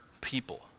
people